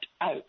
out